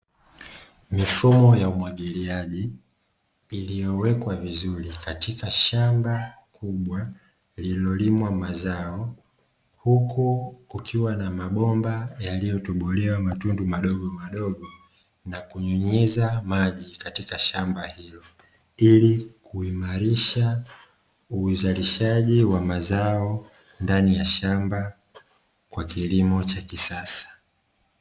Mifumo ya umwagiliaji iliyowekwa vizuri katika shamba kubwa lililolimwa mazao, huku kukiwa na mabomba yaliyotobolewa matundu madogomadogo na kunyunyiza maji katika shamba hilo; ili kuimarisha uzalishaji wa mazao ndani ya shamba kwa kilimo cha kisasa.